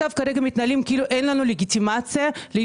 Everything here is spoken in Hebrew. כרגע מתנהלים כאילו אין לנו לגיטימציה להיות